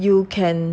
you can